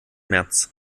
märz